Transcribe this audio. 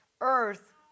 earth